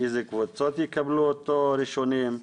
איזה קבוצות יקבלו אותו ראשונות?